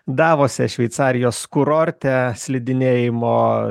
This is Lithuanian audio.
davose šveicarijos kurorte slidinėjimo